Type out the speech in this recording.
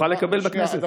נוכל לקבל בכנסת?